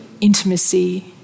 intimacy